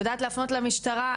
ויודעת להפנות למשטרה,